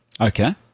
Okay